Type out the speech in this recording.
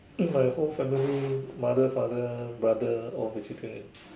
my whole family mother father brother all vegetarian